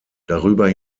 darüber